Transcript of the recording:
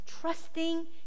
trusting